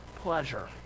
Pleasure